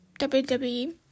WWE